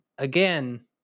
Again